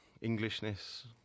Englishness